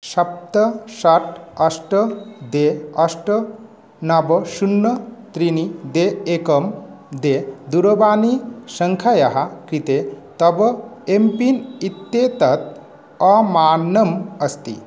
सप्त षट् अष्ट द्वे अष्ट नव शूण्य त्रीणि द्वे एकं द्वे दूरवाणी सङ्खयाः कृते तव एम्पिन् इत्येतत् अमान्नम् अस्ति